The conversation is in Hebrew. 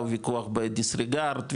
וויכוח בדיסריגרד,